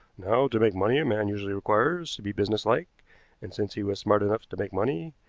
now, to make money a man usually requires to be business-like and since he was smart enough to make money,